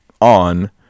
on